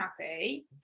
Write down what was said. happy